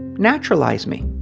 naturalize me.